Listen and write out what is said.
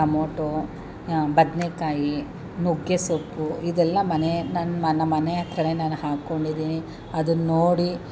tomato ಬದನೇಕಾಯೀ ನುಗ್ಗೆಸೊಪ್ಪು ಇದೆಲ್ಲಾ ಮನೆ ನನ್ನ ನಮ್ಮ ಮನೆ ಹತ್ರನೇ ನಾನು ಹಾಕ್ಕೊಂಡಿದ್ದೀನಿ ಅದನ್ನು ನೋಡಿ